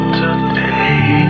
today